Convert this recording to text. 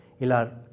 Ilar